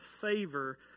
favor